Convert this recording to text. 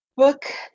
book